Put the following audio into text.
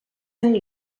and